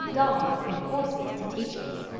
dogs, and horses to teach us.